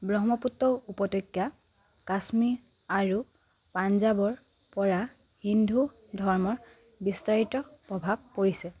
ব্ৰহ্মপুত্ৰ উপত্যকা কাশ্মীৰ আৰু পাঞ্জাৱৰ পৰা হিন্দু ধৰ্মৰ বিস্তাৰিত প্ৰভাৱ পৰিছে